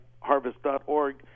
harvest.org